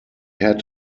had